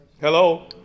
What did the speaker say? Hello